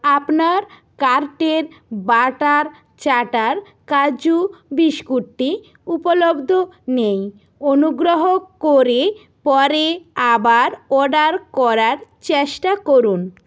আপনার কার্টের batter chatter কাজুু বিস্কুটটি উপলব্ধ নেই অনুগ্রহ করে পরে আবার অর্ডার করার চেষ্টা করুন